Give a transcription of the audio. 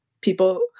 people